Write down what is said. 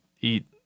eat